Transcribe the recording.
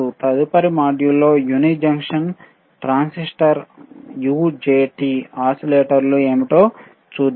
తదుపరి మాడ్యూల్లో unijunction transistor UJT ఓసిలేటర్లు ఏమిటో చూద్దాం